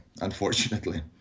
unfortunately